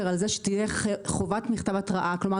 כלומר,